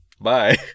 Bye